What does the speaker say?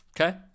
Okay